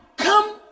come